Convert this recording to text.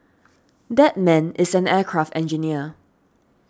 that man is an aircraft engineer